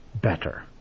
better